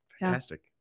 Fantastic